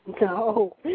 No